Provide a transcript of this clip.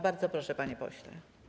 Bardzo proszę, panie pośle.